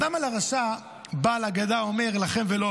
אז למה לרשע בעל ההגדה אומר: "לכם ולא